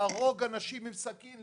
להרוג אנשים עם סכין,